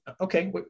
Okay